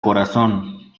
corazón